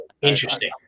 Interesting